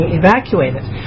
evacuated